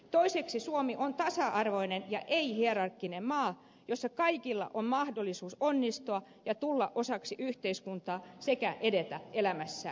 toiseksi suomi on tasa arvoinen ja ei hierarkkinen maa jossa kaikilla on mahdollisuus onnistua ja tulla osaksi yhteiskuntaa sekä edetä elämässään